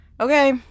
Okay